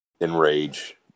enrage